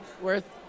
worth